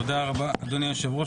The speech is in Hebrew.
תודה רבה, אדוני היושב-ראש.